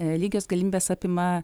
lygios galimybės apima